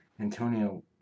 Antonio